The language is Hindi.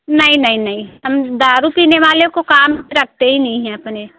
नहीं नहीं नहीं हम दारु पीने वाले को काम पर रखते ही नहीं है अपने